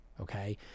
okay